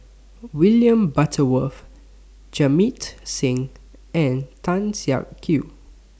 William Butterworth Jamit Singh and Tan Siak Kew